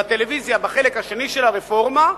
בטלוויזיה, בחלק השני של הרפורמה,